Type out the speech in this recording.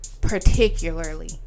particularly